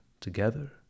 together